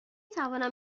توانم